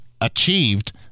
achieved